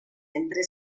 entre